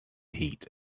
heat